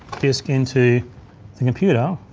this into the computer